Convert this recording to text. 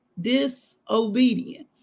disobedience